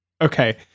okay